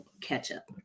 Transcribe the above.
ketchup